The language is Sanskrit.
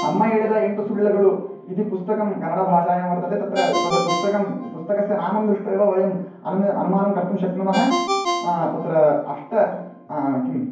अम्म एळिद एण्टुसुळ्ळगळु इति पुस्तकं कन्नडभाषायां वर्तते तत्र तद् पुस्तकं पुस्तकस्य नाम दृष्ट्वा एव वयम् अनुम् अनुमानं कर्तुं शक्नुमः तत्र अष्ट किम्